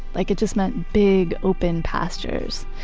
like it just meant big open pastures.